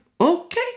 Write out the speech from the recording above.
okay